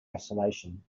isolation